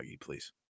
please